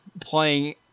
playing